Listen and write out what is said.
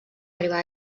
arribar